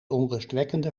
onrustwekkende